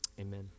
Amen